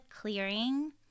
clearing